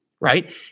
right